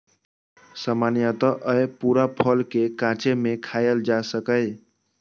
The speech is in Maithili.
सामान्यतः अय पूरा फल कें कांचे मे खायल जा सकैए